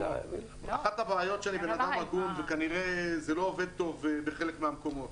אחת הבעיות היא שאני אדם הגון וכנראה זה לא עובד טוב בחלק מהמקומות.